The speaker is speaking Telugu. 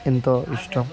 ఎంతో ఇష్టం